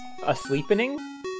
Asleepening